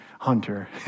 Hunter